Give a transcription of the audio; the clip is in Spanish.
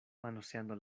manoseando